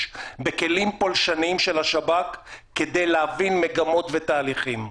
בכלים פולשניים של השב"כ כדי להבין מגמות ותהליכים.